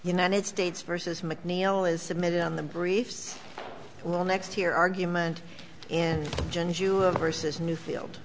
united states versus mcneil is submitted in the briefs well next year argument and versus new field